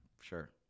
Sure